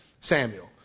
Samuel